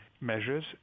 measures